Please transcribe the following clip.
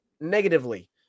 negatively